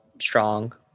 strong